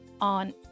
on